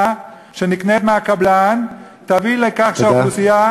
שנקנית מן הקבלן תביא לכך שאוכלוסייה